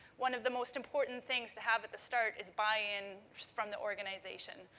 one of the most important things to have at the start is buy-in from the organisation.